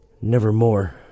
nevermore